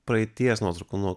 praeities nuotraukų nuo